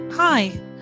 Hi